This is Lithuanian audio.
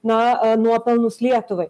na a nuopelnus lietuvai